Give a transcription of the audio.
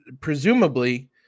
presumably